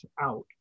out